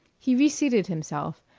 he reseated himself,